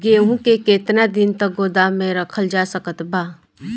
गेहूँ के केतना दिन तक गोदाम मे रखल जा सकत बा?